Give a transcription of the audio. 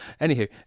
Anywho